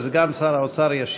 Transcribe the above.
וסגן שר האוצר ישיב.